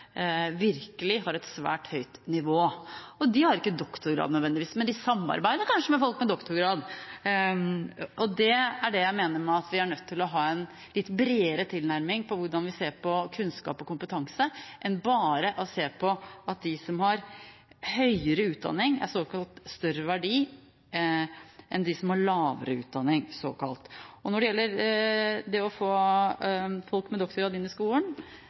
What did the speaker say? virkelig har et svært høyt nivå. De har ikke nødvendigvis doktorgrad, men de samarbeider kanskje med folk med doktorgrad. Det er det jeg mener med at vi er nødt til å ha en litt bredere tilnærming til hvordan vi ser på kunnskap og kompetanse, enn bare å se det som at de som har høyere utdanning, har såkalt større verdi enn dem som har såkalt lavere utdanning. Når det gjelder det å få folk med doktorgrad inn i skolen